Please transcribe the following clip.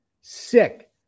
sick